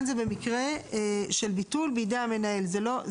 בגלל זה מנגנוני השוק יסדרו את זה.